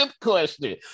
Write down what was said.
question